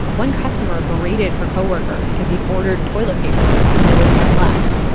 one customer berated her coworker because he'd ordered toilet paper and there was none left.